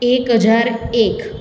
એક હજાર એક